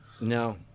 No